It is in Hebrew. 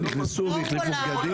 נכנסו והחליפו בגדים?